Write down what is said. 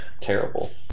Terrible